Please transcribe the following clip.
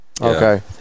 Okay